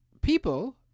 people